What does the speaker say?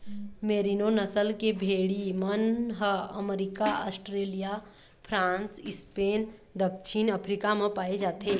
मेरिनों नसल के भेड़ी मन ह अमरिका, आस्ट्रेलिया, फ्रांस, स्पेन, दक्छिन अफ्रीका म पाए जाथे